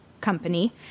company